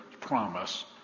promise